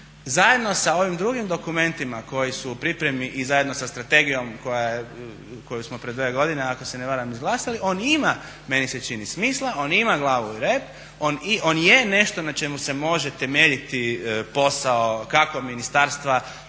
zajedno sa ovim drugim dokumentima koji su u pripremi i zajedno sa strategijom koja smo prije dvije godine ako se ne varam izglasati, on ima meni se čini smisla, on ima glavu i rep, on je nešto na čemu se može temeljiti posao kako ministarstva